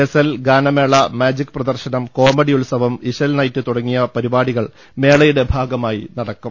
ഗസൽ ഗാനമേള മാജിക് പ്രദർശനം കോമഡി ഉത്സവം ഇശൽ നൈറ്റ് തുടങ്ങിയ പരിപാടികൾ മേളയുടെ ഭാഗമായി നടക്കും